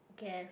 I guess